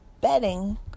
bedding